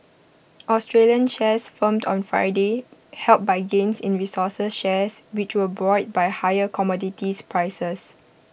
Australian shares firmed on Friday helped by gains in resources shares which were buoyed by higher commodities prices